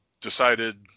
decided